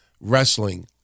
wrestling